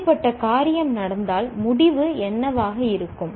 அப்படிப்பட்ட காரியம் நடந்தால் முடிவு என்னவாக இருக்கும்